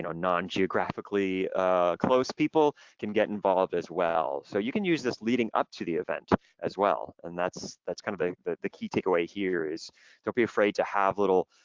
non-geographically close people can get involved as well. so you can use this leading up to the event as well and that's that's kind of the the key takeaway here is don't be afraid to have live.